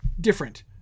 different